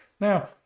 Now